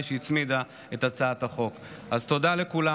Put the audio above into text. תודה לכולם.